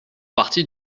partie